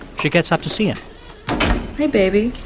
she gets up to see him hey, baby.